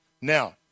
Now